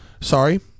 Sorry